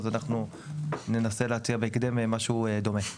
אז אנחנו ננסה להציע בהקדם משהו דומה.